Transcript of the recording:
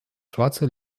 schwarze